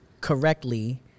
correctly